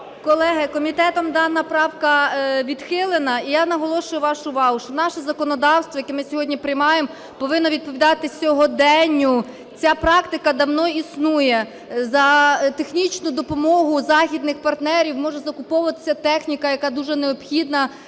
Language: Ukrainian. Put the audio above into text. Колеги, комітетом дана правка відхилена. І я наголошую вашу увагу, що наше законодавство, яке ми сьогодні приймаємо, повинно відповідати сьогоденню. Ця практика давно існує, за технічну допомогу західних партнерів може закуповуватися техніка, яка дуже необхідна